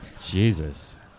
Jesus